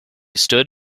stood